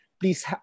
Please